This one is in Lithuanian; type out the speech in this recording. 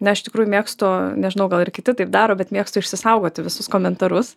na iš tikrųjų mėgstu nežinau gal ir kiti taip daro bet mėgstu išsisaugoti visus komentarus